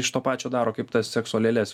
pačio daro kaip tas sekso lėles